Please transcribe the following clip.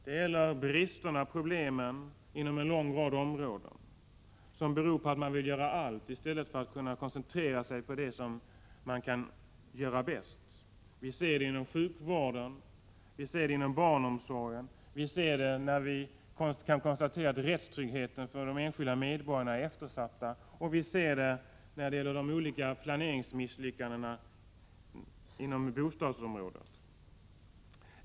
Det gäller brister och problem inom en lång rad områden som beror på att man vill göra allt i stället för att koncentrera sig på det som man kan göra bäst. Vi ser det inom sjukvården, inom barnomsorgen, och vi kan konstatera att rättstryggheten för de enskilda medborgarna är eftersatt. Vi ser det i de olika planeringsmisslyckandena inom bostadsområdet.